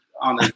on